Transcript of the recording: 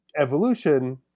evolution